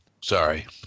Sorry